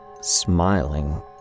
smiling